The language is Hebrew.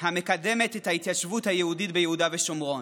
המקדמת את ההתיישבות היהודית ביהודה ושומרון,